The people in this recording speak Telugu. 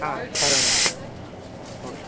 సరే అండి ఓకే